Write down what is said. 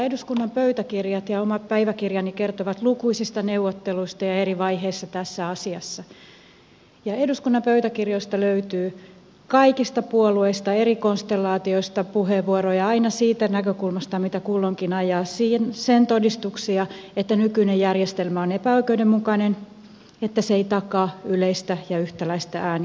eduskunnan pöytäkirjat ja omat päiväkirjani kertovat lukuisista neuvotteluista ja eri vaiheista tässä asiassa ja eduskunnan pöytäkirjoista löytyy kaikista puolueista ja eri konstellaatioista puheenvuoroja aina siitä näkökulmasta mitä kulloinkin ajaa sen todistuksia että nykyinen järjestelmä on epäoikeudenmukainen että se ei takaa yleistä ja yhtäläistä äänioikeutta